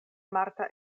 marta